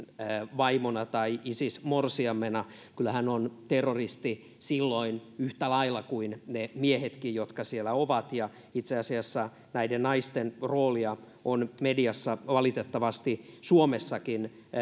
vaimona tai isis morsiamena kyllä hän on terroristi silloin yhtä lailla kuin ne miehetkin jotka siellä ovat ja itse asiassa näiden naisten roolia on mediassa valitettavasti suomessakin